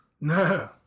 No